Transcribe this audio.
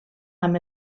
amb